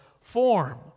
form